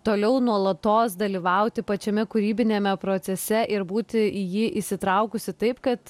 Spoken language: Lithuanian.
toliau nuolatos dalyvauti pačiame kūrybiniame procese ir būti į jį įsitraukusi taip kad